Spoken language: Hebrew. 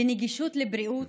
בנגישות של בריאות,